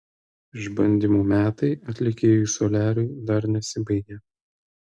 išbandymų metai atlikėjui soliariui dar nesibaigė